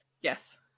yes